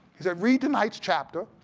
read tonight's chapter,